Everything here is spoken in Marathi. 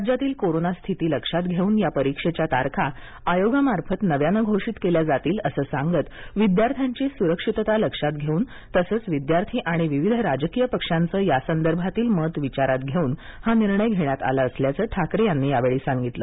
राज्यातील कोरोना स्थिती लक्षात घेऊन या परीक्षेच्या तारखा आयोगामार्फत नव्याने घोषित केल्या जातील असं सांगत विद्यार्थ्यांची सुरक्षितता लक्षात घेऊन तसच विद्यार्थी आणि विविध राजकीय पक्षांचं यासंदर्भातील मत विचारात घेऊन हा निर्णय घेण्यात आला असल्याचं ठाकरे यांनी यावेळी सांगितलं